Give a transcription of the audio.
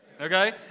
Okay